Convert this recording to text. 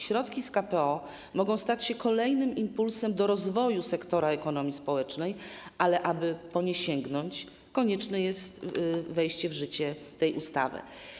Środki z KPO mogą stać się kolejnym impulsem do rozwoju sektora ekonomii społecznej, ale aby po nie sięgnąć, konieczne jest wejście w życie tej ustawy.